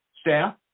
staff